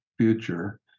future